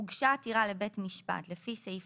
הוגשה עתירה לבית משפט לפי סעיף